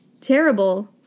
terrible